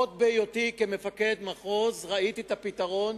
עוד בהיותי מפקד מחוז ראיתי את הפתרון